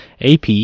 AP